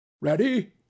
Ready